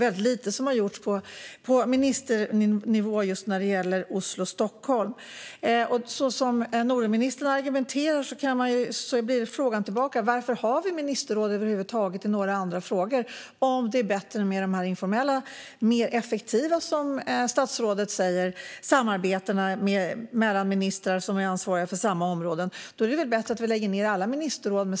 Väldigt lite har gjorts på ministernivå vad gäller just sträckan Oslo-Stockholm. Så som Nordenministern argumenterar måste jag ställa en fråga tillbaka. Varför har vi över huvud taget några ministerråd i andra frågor om det är bättre med mer informella och, enligt statsrådet, mer effektiva samarbeten mellan ministrar som är ansvariga för samma områden? Med sådan argumentation är det väl bättre att vi lägger ned alla ministerråd?